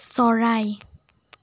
চৰাই